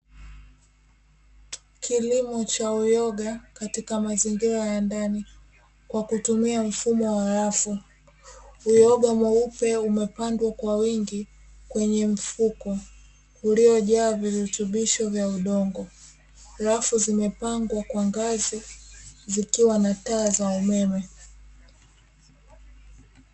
Kilimo cha uyoga katika mazingira ya ndani kwa kutumia mfumo wa rafu. Uyoga mweupe umepandwa kwa wingi kwenye mfuko uliojaa virutubisho vya udongo. Rafu zimepangwa kwa ngazi zikiwa na taa za umeme.